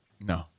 No